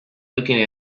looking